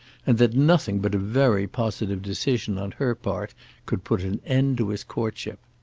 and that nothing but a very positive decision on her part could put an end to his courtship.